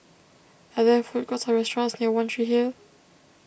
are there food courts or restaurants near one Tree Hill